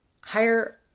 higher